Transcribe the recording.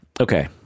okay